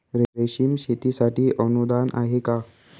रेशीम शेतीसाठी अनुदान आहे का?